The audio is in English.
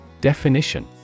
Definition